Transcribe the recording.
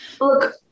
Look